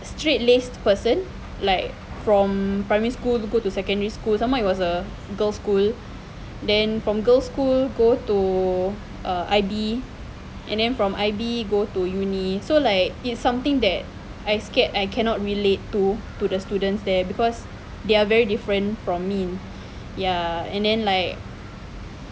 straight laced person like from primary school to go to secondary school some more it was a girls school then from girls school go to err I_B and then from I_B go to uni so like it's something that I scared I cannot relate to to the students there because they are very different from me ya and then like